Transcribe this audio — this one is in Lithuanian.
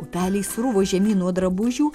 upeliai sruvo žemyn nuo drabužių